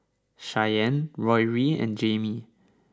Shyann Rory and Jaime